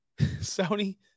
Sony